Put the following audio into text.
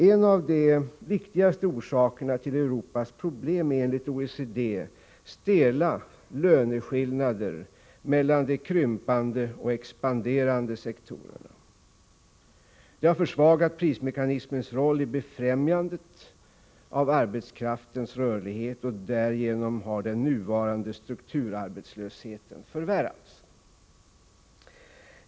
En av de viktigaste orsakerna till Europas problem är enligt OECD stela löneskillnader mellan de krympande och expanderande sektorerna. Det har försvagat prismekanismens roll i befrämjandet av arbetskraftens rörlighet, och därigenom har den nuvarande strukturarbetslösheten förvärrats.